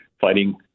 fighting